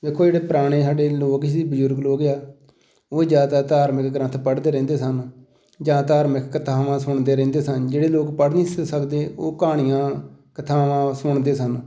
ਦੇਖੋ ਜਿਹੜੇ ਪੁਰਾਣੇ ਸਾਡੇ ਲੋਕ ਸੀ ਬਜ਼ੁਰਗ ਲੋਕ ਆ ਉਹ ਜ਼ਿਆਦਾ ਧਾਰਮਿਕ ਗ੍ਰੰਥ ਪੜ੍ਹਦੇ ਰਹਿੰਦੇ ਸਨ ਜਾਂ ਧਾਰਮਿਕ ਕਥਾਵਾਂ ਸੁਣਦੇ ਰਹਿੰਦੇ ਸਨ ਜਿਹੜੇ ਲੋਕ ਪੜ੍ਹ ਨਹੀਂ ਸੀ ਸਕਦੇ ਉਹ ਕਹਾਣੀਆਂ ਕਥਾਵਾਂ ਸੁਣਦੇ ਸਨ